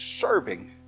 serving